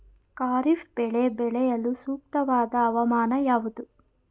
ಖಾರಿಫ್ ಬೆಳೆ ಬೆಳೆಯಲು ಸೂಕ್ತವಾದ ಹವಾಮಾನ ಯಾವುದು?